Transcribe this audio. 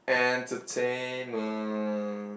entertainment